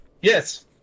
yes